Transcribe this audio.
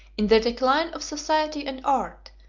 in the decline of society and art,